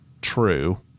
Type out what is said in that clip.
true